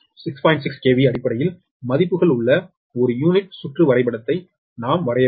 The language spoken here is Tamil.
6 KV அடிப்படை மதிப்புகள் உள்ள ஒரு யூனிட் சுற்று வரைபடத்தை நாம் வரைய வேண்டும்